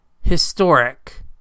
Historic